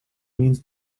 means